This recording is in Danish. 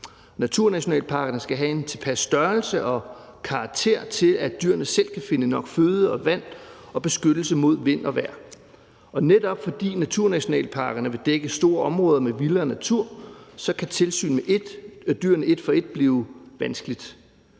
Naturnationalparkerne skal have en tilpas størrelse og karakter til, at dyrene selv kan finde nok føde og vand og beskyttelse mod vind og vejr. Og netop fordi naturnationalparkerne vil dække store områder med vildere natur, kan tilsyn med dyrene ét for ét blive vanskeligt.